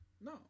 No